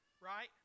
right